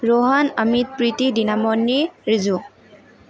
Rohan Amrit Priti Dinamani Riju